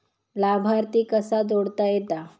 लाभार्थी कसा जोडता येता?